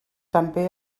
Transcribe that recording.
també